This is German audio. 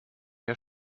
der